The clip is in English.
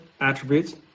attributes